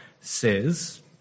says